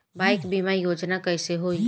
Bike बीमा योजना कैसे होई?